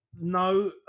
No